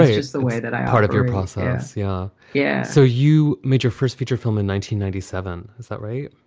is the way that i. part of your process. yeah. yeah. so you made your first feature film in nineteen ninety seven. is that right.